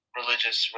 religious